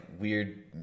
weird